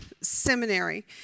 seminary